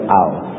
out